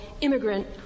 immigrant